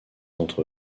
entre